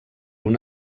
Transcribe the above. una